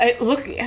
look